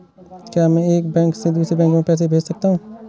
क्या मैं एक बैंक से दूसरे बैंक में पैसे भेज सकता हूँ?